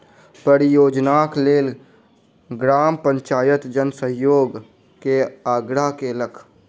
परियोजनाक लेल ग्राम पंचायत जन सहयोग के आग्रह केलकै